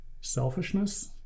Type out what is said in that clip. Selfishness